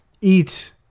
eat